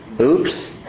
Oops